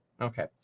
Okay